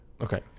Okay